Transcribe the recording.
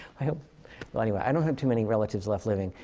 i hope well, anyway. i don't have too many relatives left living.